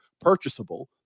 purchasable